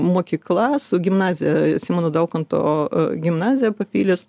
mokykla su gimnazija simono daukanto gimnazija papilės